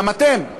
גם אתם.